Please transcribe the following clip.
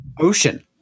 ocean